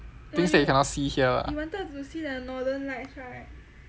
things that you cannot see here ah